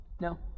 No